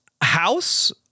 house